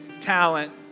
talent